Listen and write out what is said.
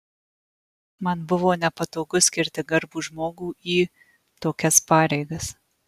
man buvo nepatogu skirti garbų žmogų į tokias pareigas